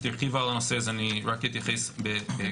הרחיבה על הנושא אז אני רק אתייחס בקצרה.